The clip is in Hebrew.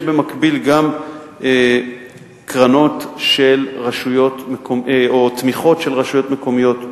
יש במקביל גם תמיכות של רשויות מקומיות במלגות.